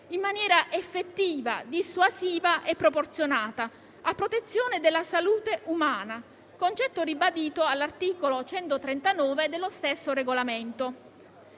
in maniera effettiva, dissuasiva e proporzionata, a protezione della salute umana. Tale concetto è ribadito all'articolo 139 dello stesso regolamento.